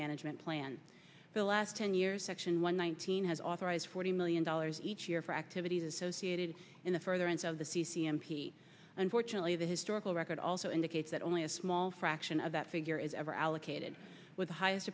management plan for the last ten years section one thousand has authorized forty million dollars each year for activities associated in the further end of the c c m p unfortunately the historical record also indicates that only a small fraction of that figure is ever allocated with the highest